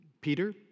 Peter